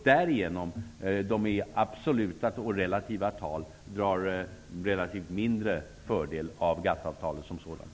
Därigenom drar de både i absoluta och relativa tal mindre fördel av GATT-avtalet som sådant.